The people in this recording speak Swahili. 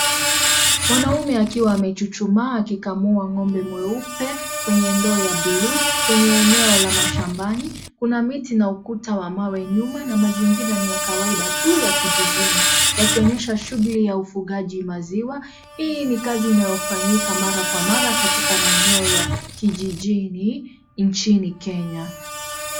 Mwanume akiwa amechuchumaa akikamua ngo'mbe mweupe kwenye ndoo ya bluu kwenye eneo la mashambani. Kuna miti na ukuta wa mawe nyuma na mazingira ni ya kawaida tu ya kijijini, yakionyesha shuguli ya ufugaji wa maziwa. Hii ni kazi inayofanyika mara kwa mara katika maeneo ya kijijini , nchini kenya.